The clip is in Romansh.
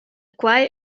quai